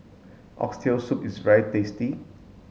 oxtail soup is very tasty